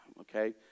okay